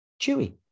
Chewy